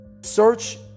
Search